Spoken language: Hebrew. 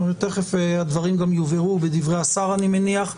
תכף הדברים גם יובהרו בדברי השר, אני מניח.